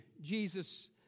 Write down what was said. Jesus